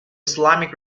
islamic